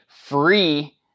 free